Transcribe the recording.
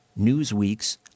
Newsweek's